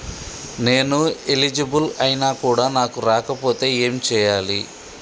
నేను ఎలిజిబుల్ ఐనా కూడా నాకు రాకపోతే ఏం చేయాలి?